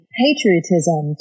patriotism